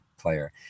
player